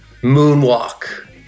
moonwalk